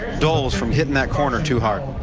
doles from hitting that corner too hard.